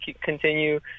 continue